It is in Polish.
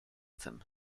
tym